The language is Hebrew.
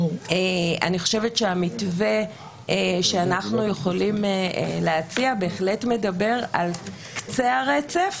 אני חושבת שהמתווה שאנחנו יכולים להציע בהחלט מדבר על קצה הרצף